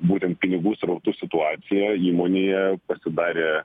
būtent pinigų srautų situacija įmonėje pasidarė